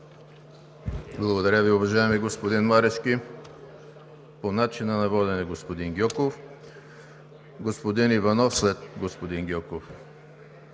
Благодаря Ви, уважаеми господин Марешки. По начина на водене – господин Гьоков. Господин Иванов след господин Гьоков.